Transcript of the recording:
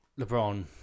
LeBron